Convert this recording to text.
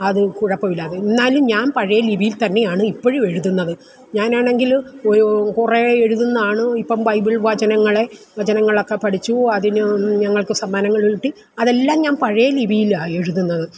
അത് കുഴപ്പമില്ല എന്നാലും ഞാൻ പഴയ ലിപിയിൽ തന്നെയാണ് ഇപ്പഴും എഴുതുന്നത് ഞാനാണെങ്കില് കുറെ എഴുതുന്നതാണ് ഇപ്പം ബൈബിൾ വചനങ്ങളെ വചനങ്ങളൊക്കെ പഠിച്ചു അതിന് ഞങ്ങൾക്ക് സമ്മാനങ്ങൾ കിട്ടി അതെല്ലാം ഞാൻ പഴയ ലിപിയിലാണ് എഴുതുന്നത്